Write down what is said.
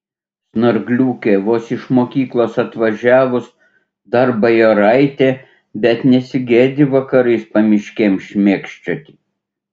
snargliukė vos iš mokyklos atvažiavus dar bajoraitė bet nesigėdi vakarais pamiškėm šmėkščioti